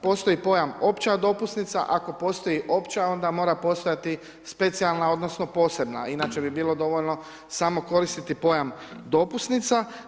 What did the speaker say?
Postoji pojam opća dopusnica, ako postoji opća onda mora postojati specijalna odnosno posebna inače bi bilo dovoljno samo koristiti pojam dopusnica.